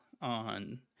on